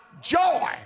joy